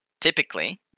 typically